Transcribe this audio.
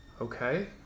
Okay